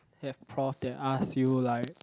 have prof that ask you like